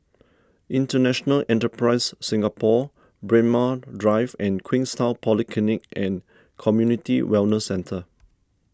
International Enterprise Singapore Braemar Drive and Queenstown Polyclinic and Community Wellness Centre